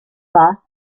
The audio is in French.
pas